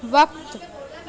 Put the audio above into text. وقت